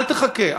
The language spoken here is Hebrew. אל תחכה,